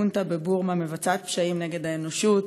החונטה בבורמה מבצעת פשעים נגד האנושות,